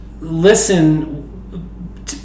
listen